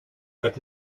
but